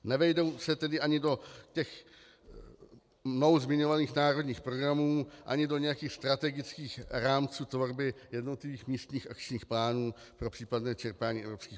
Nevejdou se tedy ani do těch mnou zmiňovaných národních programů a ani do nějakých strategických rámců tvorby jednotlivých místních akčních plánů pro případné čerpání evropských peněz.